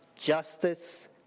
justice